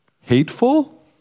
hateful